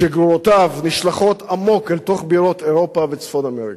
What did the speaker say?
שגרורותיו נשלחות עמוק אל תוך בירות אירופה וצפון אמריקה.